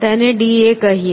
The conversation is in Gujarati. તેને D A કહીએ